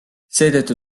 seetõttu